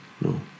No